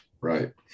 Right